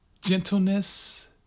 gentleness